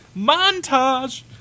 montage